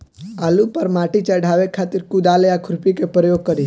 आलू पर माटी चढ़ावे खातिर कुदाल या खुरपी के प्रयोग करी?